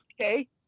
Okay